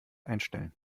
einstellen